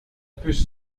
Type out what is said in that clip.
puce